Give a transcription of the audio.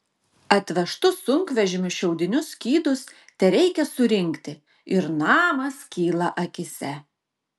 atvežtus sunkvežimiu šiaudinius skydus tereikia surinkti ir namas kyla akyse